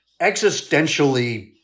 existentially